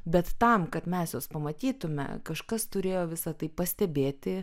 bet tam kad mes juos pamatytume kažkas turėjo visą tai pastebėti